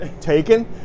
taken